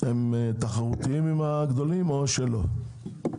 להתחרות בספקים הגדולים או שלא?